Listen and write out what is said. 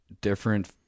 different